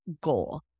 goal